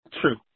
True